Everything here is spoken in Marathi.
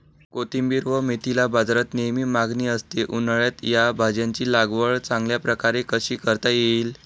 कोथिंबिर व मेथीला बाजारात नेहमी मागणी असते, उन्हाळ्यात या भाज्यांची लागवड चांगल्या प्रकारे कशी करता येईल?